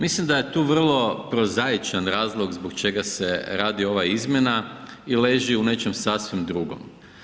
Mislim da je tu vrlo prozaičan razlog zbog čega se radi ova izmjena i leži u nečem sasvim drugom.